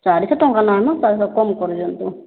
ଚାରିଶହ ଟଙ୍କା ନା ମ ପ୍ରାଇସ୍ ଟା କମ କରିଦିଅନ୍ତୁ